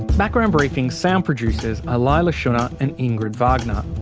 background briefing's sound producers are leila shunnar and ingrid wagner.